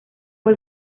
fue